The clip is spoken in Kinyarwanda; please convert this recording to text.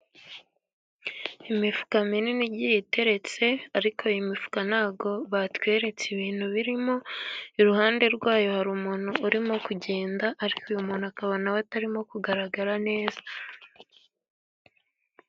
Imifuka minini igiye iteretse, ariko imifuka ntabwo batweretse ibintu birimo, iruhande rwayo har'umuntu urimo kugenda, ariko uy'umuntu akaba naw'atarimo kugaragara neza.